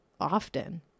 often